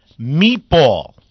Meatball